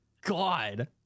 god